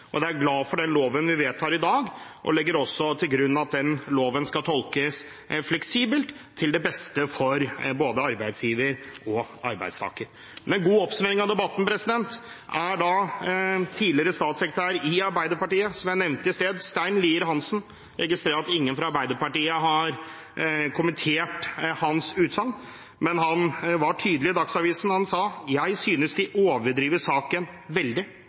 Da er jeg glad for den loven vi vedtar i dag, og jeg legger også til grunn at den loven skal tolkes fleksibelt, til beste for både arbeidsgiver og arbeidstaker. Men en god oppsummering av debatten kom da den tidligere statssekretæren i Arbeiderpartiet som jeg nevnte i sted, Stein Lier Hansen – jeg registrerer at ingen fra Arbeiderpartiet har kommentert hans utsagn – var tydelig i Dagsavisen. Han sa: «Jeg synes de overdriver saken veldig.»